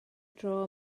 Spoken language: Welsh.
tro